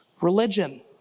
religion